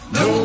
no